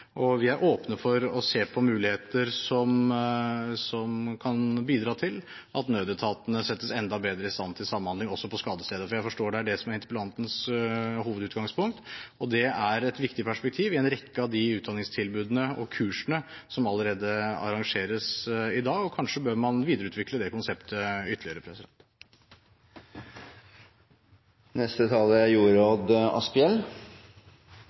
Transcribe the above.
og vi er åpne for å se på muligheter som kan bidra til at nødetatene settes enda bedre i stand til samhandling også på skadestedet. Jeg forstår at det er det som er interpellantens hovedutgangspunkt. Det er et viktig perspektiv i en rekke av de utdanningstilbudene og kursene som allerede arrangeres i dag, og kanskje bør man videreutvikle det konseptet ytterligere.